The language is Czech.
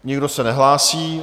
Nikdo se nehlásí.